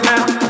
now